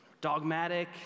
dogmatic